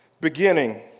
beginning